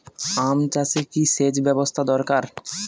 আম চাষে কি সেচ ব্যবস্থা দরকার?